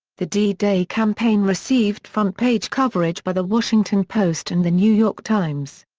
the d day campaign received front page coverage by the washington post and the new york times.